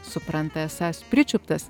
supranta esąs pričiuptas